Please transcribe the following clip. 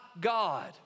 God